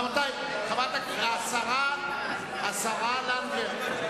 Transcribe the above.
השרה לנדבר.